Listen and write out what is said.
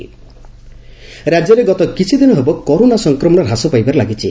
corona Odisha ରାଜ୍ୟରେ ଗତ କିଛିଦିନ ହେବ କରୋନା ସଂକ୍ରମଶ ହ୍ରାସ ପାଇବାରେ ଲାଗିଛି